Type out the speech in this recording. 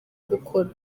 gukora